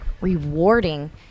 rewarding